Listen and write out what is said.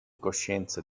coscienza